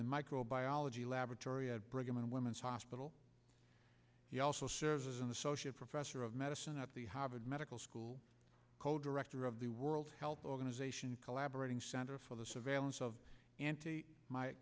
the microbiology laboratory at brigham and women's hospital he also serves as an associate professor of medicine at the harvard medical school co director of the world health organization collaborating center for the surveillance of anti m